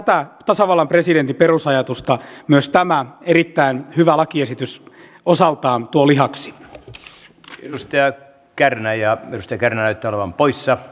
tätä tasavallan presidentin perusajatusta myös tämä erittäin hyvä lakiesitys osaltaan tuo lihaksi jos ykkösteatterina ja pystyykö näytä olevan poissa